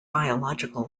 biological